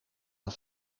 een